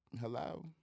Hello